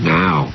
now